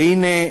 והנה,